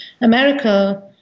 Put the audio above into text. America